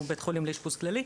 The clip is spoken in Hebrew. הוא בית חולים לאשפוז כללי,